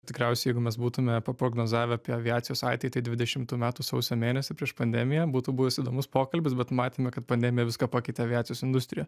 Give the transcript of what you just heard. tikriausiai jeigu mes būtume paprognozavę apie aviacijos ateitį dvidešimtų metų sausio mėnesį prieš pandemiją būtų buvęs įdomus pokalbis bet matėme kad pandemija viską pakeitė aviacijos industrijoje